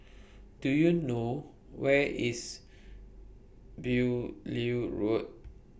Do YOU know Where IS Beaulieu Road